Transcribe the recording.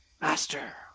Master